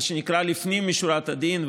מה שנקרא לפנים משורת הדין,